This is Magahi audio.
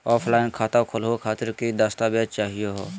ऑफलाइन खाता खोलहु खातिर की की दस्तावेज चाहीयो हो?